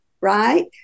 right